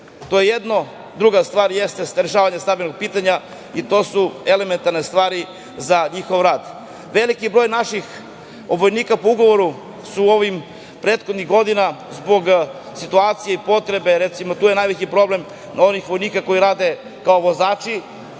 To je jedno. Druga stvar jeste rešavanje stambenog pitanja i to su elementarne stvari za njihov rad. Veliki broj naših vojnika po ugovoru su ovih prethodnih godina zbog situacije i potrebe, recimo, tu je najveći problem onih vojnika koji rade kao vozači,